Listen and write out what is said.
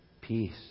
peace